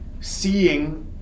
seeing